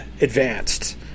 advanced